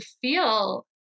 feel